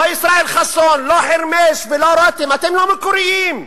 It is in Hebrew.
לא ישראל חסון, לא חרמש ולא רותם, אתם לא מקוריים.